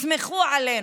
תסמכו עלינו.